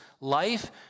Life